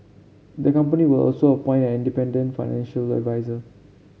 the company will also appoint an independent financial adviser